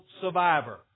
survivor